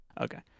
Okay